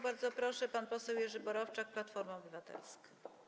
Bardzo proszę, pan poseł Jerzy Borowczak, Platforma Obywatelska.